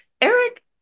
Eric